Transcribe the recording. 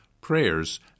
prayers